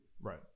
Right